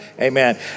amen